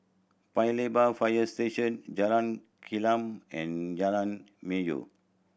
Paya Lebar Fire Station Jalan Gelam and Jalan Melor